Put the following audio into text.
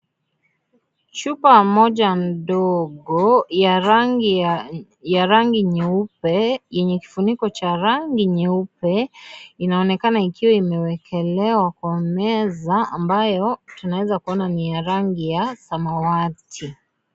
Chupa moja ndogo ya rangi ya, ya rangi nyeupe yenye kifuniko cha rangi nyeupe inaonekana ikiwa imewekelewa kwa meza ambayo tunaweza kuona ni ya rangi ya samawati.